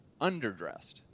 underdressed